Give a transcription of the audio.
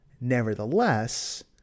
Nevertheless